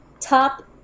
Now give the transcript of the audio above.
top